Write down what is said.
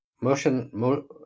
motion